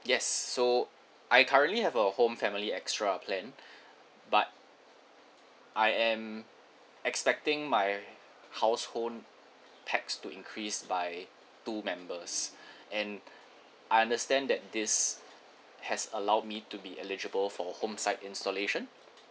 yes so I currently have a home family extra plan but I am expecting my household pax to increase by two members and I understand that this has allowed me to be eligible for home side installation